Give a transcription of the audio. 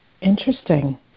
Interesting